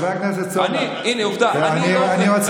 הינה, עובדה, אני לא אוכל.